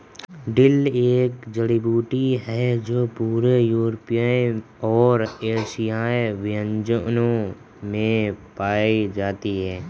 dill एक जड़ी बूटी है जो पूरे यूरोपीय और एशियाई व्यंजनों में पाई जाती है